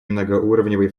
многоуровневый